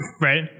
right